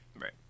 Right